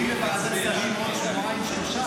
--- מביא לוועדת שרים עוד שבועיים-שלושה